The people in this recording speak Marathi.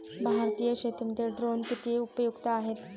भारतीय शेतीमध्ये ड्रोन किती उपयुक्त आहेत?